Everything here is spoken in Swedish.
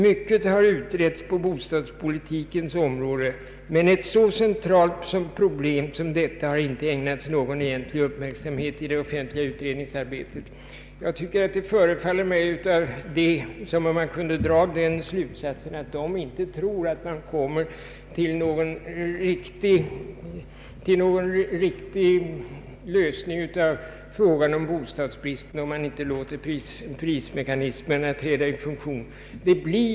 Mycket har utretts på bostadspolitikens område men ett så centralt problem som detta har inte ägnats någon egentlig uppmärksamhet i det offentliga utredningsarbetet.” Det förefaller mig som om man därav kunde dra den slutsatsen att de personer inom finansdepartementet som gjort denna utredning inte tror att man kommer till någon riktig lösning av frågan om bostadsbristen om man inte låter prismekanismerna träda i funktion.